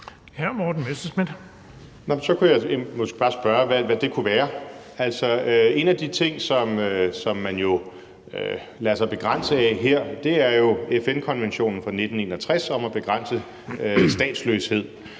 Så kunne jeg måske bare spørge, hvad det kunne være. Altså, en af de ting, som man jo lader sig begrænse af her, er jo FN-konventionen fra 1961 om at begrænse statsløshed.